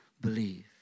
believe